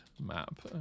map